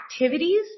activities